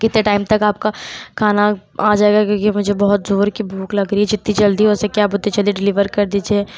کتنے ٹائم تک آپ کا کھانا آ جائے گا کیونکہ مجھے بہت زور کی بھوک لگ رہی ہے جتنی جلدی ہو سکے آپ اتنی جلدی ڈیلیور کر دیجیے